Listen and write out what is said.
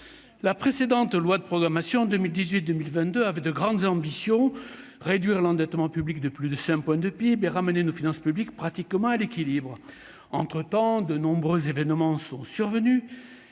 la précédente loi de programmation 2018, 2022 avait de grandes ambitions : réduire l'endettement public de plus de 5 points de PIB et ramener nos finances publiques, pratiquement à l'équilibre entre temps de nombreux événements sont survenus,